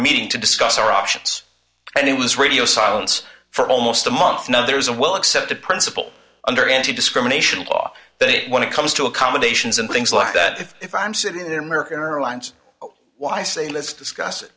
meeting to discuss our options and it was radio silence for almost a month now there is a well accepted principle under antidiscrimination law that when it comes to accommodations and things like that if if i'm sitting in an american airlines why say let's discuss it